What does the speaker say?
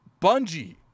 Bungie